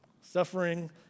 Suffering